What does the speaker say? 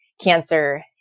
cancer